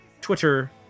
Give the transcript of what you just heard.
Twitter